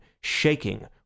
shaking